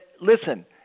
listen